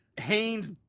Haynes